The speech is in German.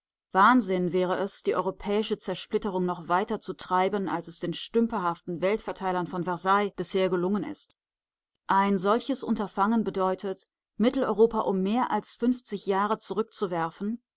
wahnsinn wäre es die europäische zersplitterung noch weiter zu treiben als es den stümperhaften weltverteilern von versailles bisher gelungen ist ein solches unterfangen bedeutet mitteleuropa um mehr als fünfzig jahre zurückzuwerfen